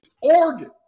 Oregon